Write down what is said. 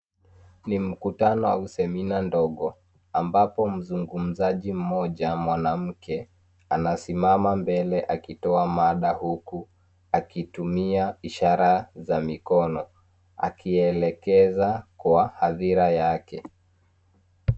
Ni mkutano au semina ndogo ambapo mzungumzaji mmoja mwanamuke anasimama mbele akitoa mada huku akitumia ishara za mikono akielekeza kwa hadhira yake.